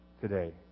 today